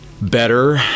better